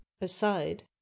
aside